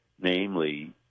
namely